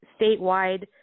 statewide